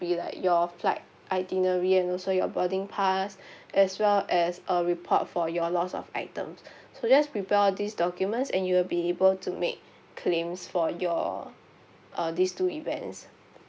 be like your flight itinerary and also your boarding pass as well as a report for your loss of items so just prepare all these documents and you will be able to make claims for your uh these two events